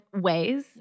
ways